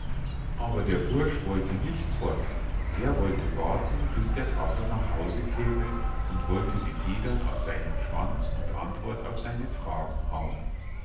aber der bursch wollte nicht fort er wollte warten bis der drache nach hause käme und wollte die federn aus seinem schwanz und antwort auf seine fragen haben